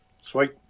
Sweet